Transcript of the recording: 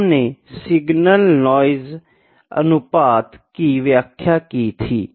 हमने signal noise अनुपात की वयाख्य की थी